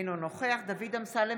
אינו נוכח דוד אמסלם,